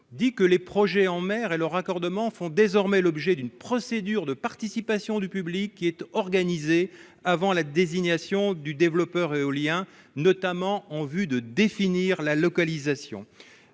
dit que les projets en mer et le raccordement font désormais l'objet d'une procédure de participation du public qui est organisée avant la désignation du développeur éolien, notamment en vue de définir la localisation,